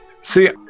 See